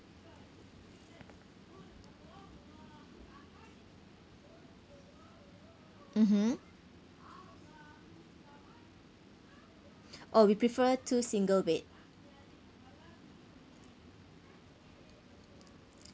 mmhmm oh we prefer two single bed